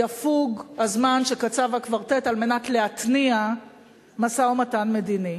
יפוג הזמן שקצב הקוורטט על מנת להתניע משא-ומתן מדיני.